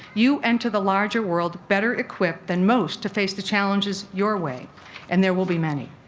you enter the larger world better equipped than most to face the challenges your way and there will be many.